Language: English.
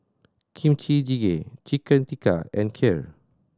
Kimchi Jjigae Chicken Tikka and Kheer